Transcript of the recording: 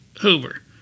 Hoover